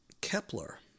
Kepler